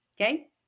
Okay